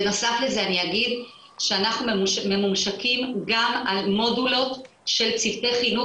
בנוסף לזה אני אגיד שאנחנו ממומשקים גם על מודולות של צוותי חינוך